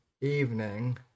evening